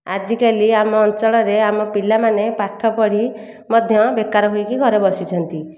ଆଜିକାଲି ଆମ ଅଞ୍ଚଳରେ ଆମ ପିଲାମାନେ ପାଠ ପଢ଼ି ମଧ୍ୟ ବେକାର ହୋଇକି ଘରେ ବସିଛନ୍ତି